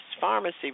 Pharmacy